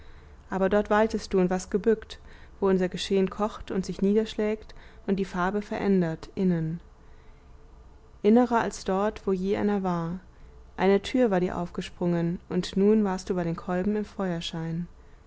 aber dort weiltest du und warst gebückt wo unser geschehen kocht und sich niederschlägt und die farbe verändert innen innerer als dort wo je einer war eine tür war dir aufgesprungen und nun warst du bei den kolben im feuerschein